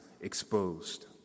exposed